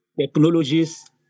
technologies